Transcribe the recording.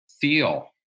feel